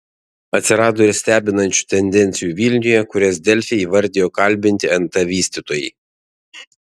atsirado ir stebinančių tendencijų vilniuje kurias delfi įvardijo kalbinti nt vystytojai